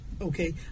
okay